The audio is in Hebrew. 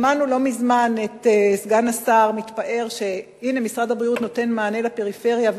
שמענו לא מזמן את סגן השר מתפאר שהנה משרד הבריאות נותן מענה לפריפריה,